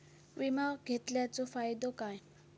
विमा घेतल्याचो फाईदो काय?